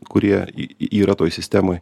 kurie yra toj sistemoj